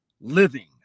living